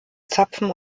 zapfen